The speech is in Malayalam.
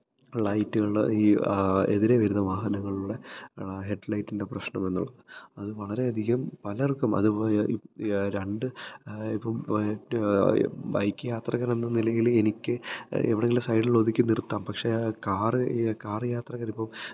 ലൈറ്റുകളുടെ ഈ എതിരേ വരുന്ന വാഹനങ്ങളുടെ ഹെഡ് ലൈറ്റിന്റെ പ്രശ്നമെന്നുള്ളത് അത് വളരെയധികം പലര്ക്കും അതുപോലെ രണ്ട് ഇപ്പം വൈറ്റ് ബൈക്ക് യാത്രക്കാരനെന്ന നിലയില് എനിക്ക് എവിടെങ്കിലും സൈഡില് ഒതുക്കി നിര്ത്താം പക്ഷേ കാറ് കാറ് യാത്രക്കാരിപ്പം